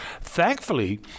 Thankfully